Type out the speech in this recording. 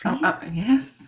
Yes